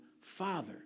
father